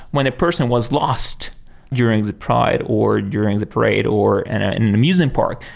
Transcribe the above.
when a person was lost during the pride or during the parade or and ah in an amusement park,